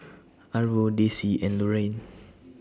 Arvo Dessie and Loraine